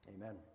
amen